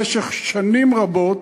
במשך שנים רבות,